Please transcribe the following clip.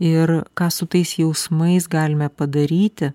ir ką su tais jausmais galime padaryti